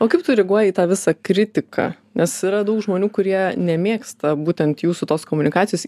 o kaip tu reaguoji į tą visą kritiką nes yra daug žmonių kurie nemėgsta būtent jūsų tos komunikacijos